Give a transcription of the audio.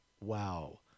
wow